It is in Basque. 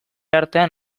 artean